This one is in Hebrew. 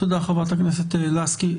תודה חברת הכנסת לסקי.